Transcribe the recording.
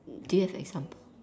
do you have example